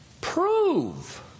prove